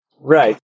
Right